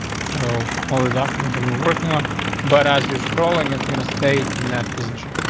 so all the documented we're working on but as you're scrolling, is going to stay in that position.